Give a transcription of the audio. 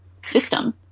system